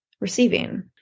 Receiving